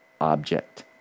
object